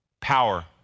power